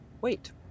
Wait